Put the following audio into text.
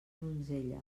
donzella